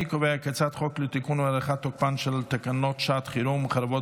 חוק לתיקון ולהארכת תוקפן של תקנות שעת חירום (חרבות